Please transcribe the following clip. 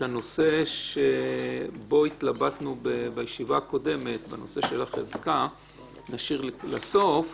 את הנושא שבו התלבטנו בישיבה הקודמת בנוגע לחזקה נשאיר לסוף.